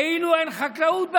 כאילו אין חקלאות בארץ,